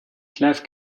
clive